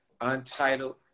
untitled